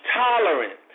tolerant